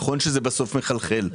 נכון שזה בסוף מחלחל,